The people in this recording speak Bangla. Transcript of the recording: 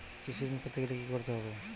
কৃষি ঋণ পেতে গেলে কি করতে হবে?